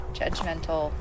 judgmental